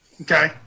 Okay